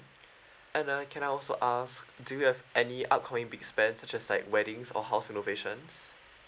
and uh can I also ask do you have any upcoming big spend such as like weddings or house renovations